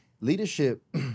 leadership